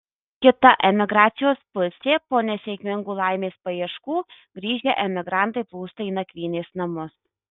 kita emigracijos pusė po nesėkmingų laimės paieškų grįžę emigrantai plūsta į nakvynės namus